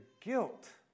guilt